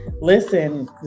Listen